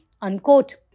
Unquote